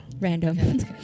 Random